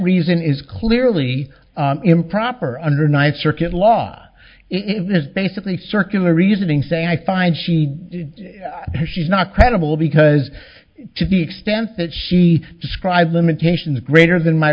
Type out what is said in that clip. reason is clearly improper under ninth circuit law it is basically circular reasoning say i find she she's not credible because to the extent that she describes limitations greater than my